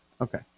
Okay